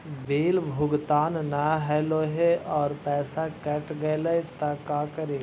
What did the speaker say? Bill भुगतान न हौले हे और पैसा कट गेलै त का करि?